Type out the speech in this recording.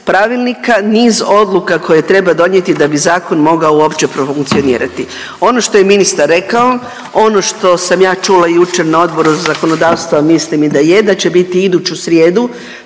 niz odluka koje treba donijeti da bi zakon mogao uopće profunkcionirati. Ono što je ministar rekao, ono što sam i ja čula jučer na Odboru zakonodavstva mislim i da je, da će biti iduću srijedu